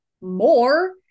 more